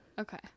Okay